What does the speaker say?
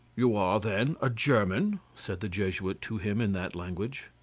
you are, then, a german? said the jesuit to him in that language.